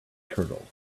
turtle